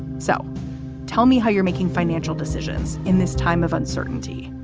so tell me how you're making financial decisions in this time of uncertainty.